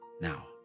now